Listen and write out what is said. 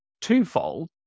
twofold